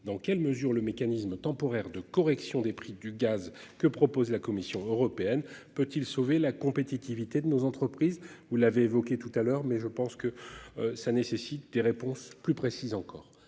dans quelle mesure le mécanisme temporaire de correction des prix du gaz que propose la Commission européenne peut-il sauver la compétitivité de nos entreprises. Vous l'avez évoqué tout à l'heure mais je pense que. Ça nécessite des réponses plus précises encore.